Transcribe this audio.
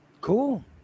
cool